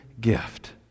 gift